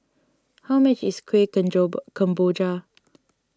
how much is Kueh Kemboja